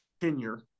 tenure